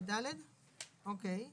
אוקיי.